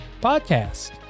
podcast